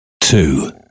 two